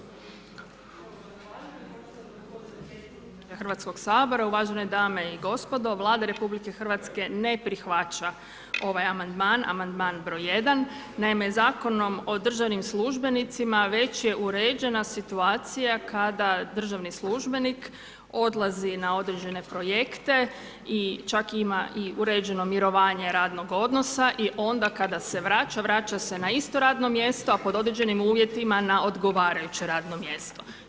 Hvala predsjedniče Hrvatskoga sabora, uvažene dame i gospodo, Vlada RH ne prihvaća ovaj amandman, amandman broj 1. Naime, Zakonom o državnim službenicima već je uređena situacija kada državni službenik odlazi na određene projekte, čak ima uređeno mirovanje radnog odnosa i onda kada se vraća, vraća se na isto radno mjesto, a pod određenim uvjetima na odgovarajuće radno mjesto.